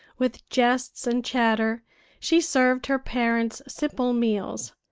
with jests and chatter she served her parents' simple meals,